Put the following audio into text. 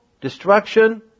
destruction